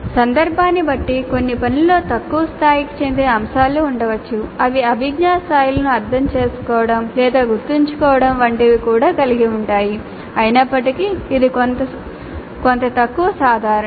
సందర్భాన్ని బట్టి కొన్ని పనులలో తక్కువ స్థాయికి చెందిన అంశాలు ఉండవచ్చు అవి అభిజ్ఞా స్థాయిలను అర్థం చేసుకోవడం లేదా గుర్తుంచుకోవడం వంటివి కూడా కలిగి ఉంటాయి అయినప్పటికీ ఇది కొంత తక్కువ సాధారణం